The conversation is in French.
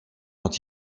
quand